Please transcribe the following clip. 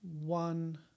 One